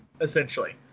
essentially